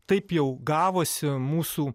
taip jau gavosi mūsų